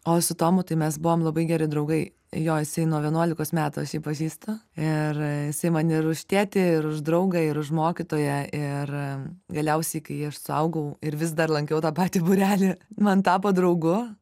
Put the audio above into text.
o su tomu tai mes buvom labai geri draugai jo jisai nuo vienuolikos metų aš jį pažįstu ir jis man ir už tėtį ir už draugą ir už mokytoją ir galiausiai kai aš suaugau ir vis dar lankiau tą patį būrelį man tapo draugu